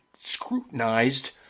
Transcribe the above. scrutinized